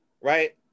right